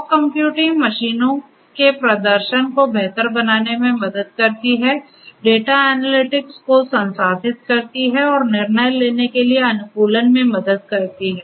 fog computing मशीनों के प्रदर्शन को बेहतर बनाने में मदद करती है डेटा एनालिटिक्स को संसाधित करती है और निर्णय लेने के अनुकूलन में मदद करती है